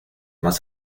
más